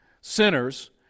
sinners